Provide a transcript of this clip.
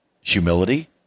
humility